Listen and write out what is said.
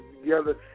together